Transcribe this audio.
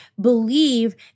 believe